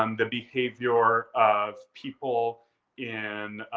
um the behavior of people in